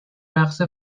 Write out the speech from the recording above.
رقص